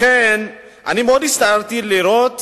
לכן, הצטערתי מאוד לראות